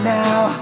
now